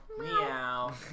Meow